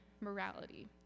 morality